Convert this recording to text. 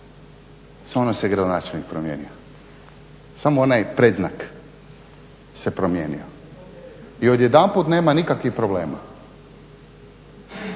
Samo se gradonačelnik promijenio, samo onaj predznak se promijenio i odjedanput nema nikakvih problema.